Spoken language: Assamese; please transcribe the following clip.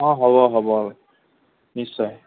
অঁ হ'ব হ'ব নিশ্চয়